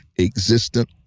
existent